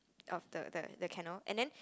of the the cannot and then